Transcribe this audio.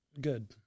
good